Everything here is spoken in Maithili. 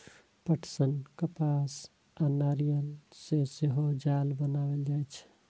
पटसन, कपास आ नायलन सं सेहो जाल बनाएल जाइ छै